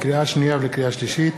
לקריאה שנייה ולקריאה שלישית,